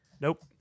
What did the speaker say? Nope